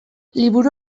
liburu